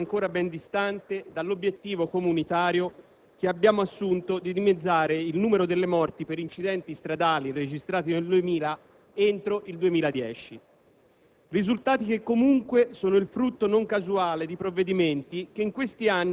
un'apprezzabile riduzione delle morti per incidenti stradali, dato che rimaniamo ancora ben distanti dall'obiettivo comunitario che abbiamo assunto, quello di dimezzare il numero di morti e incidenti stradali registrati nel 2000 entro il 2010.